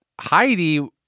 Heidi